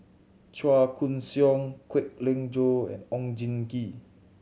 Chua Koon Siong Kwek Leng Joo and Oon Jin Gee